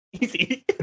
Easy